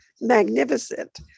magnificent